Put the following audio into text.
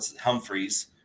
Humphreys